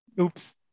Oops